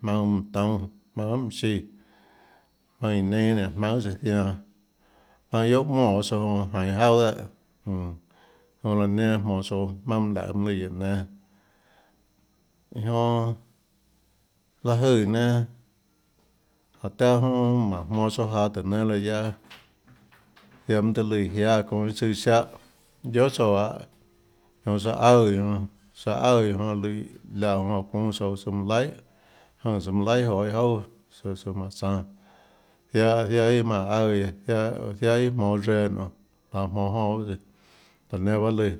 jmaønâ toúnâ jmaønâ guiohà mønã chíã jmaønâ iã neinâ nénå jmaønâ guiohà tsøã zianã maønâ guiohàmonè tsouã jonã jainå jauà ehâ jmm jonã laã nenã jmonå tsouã jmaønâ mønã laøê mønâ lùã guióå nénâ iå jonã láhå jøè nenã jáhå tiaã mmm manã jmonå tsouã jaå tùhå nénâ laã guiaâ ziaã mønâ tøhê lùã jiáâ ounã iâ tsùâ ziáhãguiohà tsouã lahâ jonã tsøã aùã iã jonã tsaã aùã iã jonã lùã láhã jonã çuúnâ tsouã tsøã manã laihà jønè tsøã manã laihà joê iâ jouà tsøã tsøã manã tsánâ ziaã ziaã iâ manã aùã oå ziaã iâ jmonå reã nionê laå jmonå jonã tsøã laã nenã bahâ lùã.